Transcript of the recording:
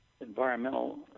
environmental